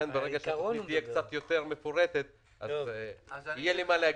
ברגע שהתוכנית תהיה קצת יותר מפורטת יהיה לי מה להגיד,